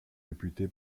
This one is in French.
réputé